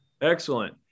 Excellent